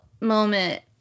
moment